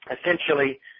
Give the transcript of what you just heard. essentially